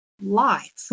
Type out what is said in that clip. life